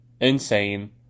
insane